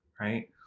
right